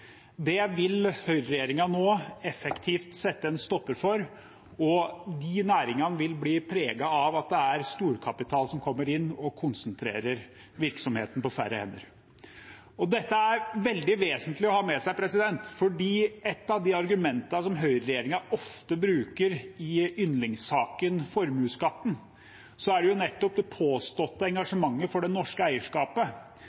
Det vil høyreregjeringen nå effektivt sette en stopper for, og de næringene vil bli preget av at det er storkapitalen som kommer inn og konsentrerer virksomheten på færre hender. Dette er veldig vesentlig å ha med seg, fordi ett av de argumentene som høyreregjeringen ofte bruker i yndlingssaken formuesskatten, er nettopp det påståtte engasjementet for det